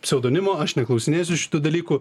pseudonimo aš neklausinėsiu šitų dalykų